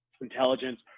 intelligence